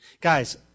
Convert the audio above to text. Guys